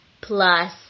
plus